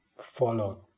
follow